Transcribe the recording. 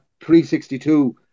362